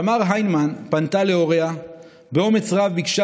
תמר היימן פנתה להוריה ובאומץ רב ביקשה